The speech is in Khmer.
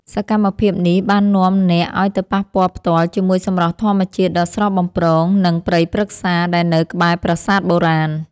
សកម្មភាពនេះបាននាំអ្នកឱ្យទៅប៉ះពាល់ផ្ទាល់ជាមួយសម្រស់ធម្មជាតិដ៏ស្រស់បំព្រង និងព្រៃព្រឹក្សាដែលនៅក្បែរប្រាសាទបុរាណ។